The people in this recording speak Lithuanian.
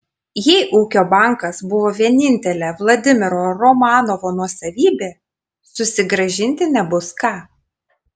jei ūkio bankas buvo vienintelė vladimiro romanovo nuosavybė susigrąžinti nebus ką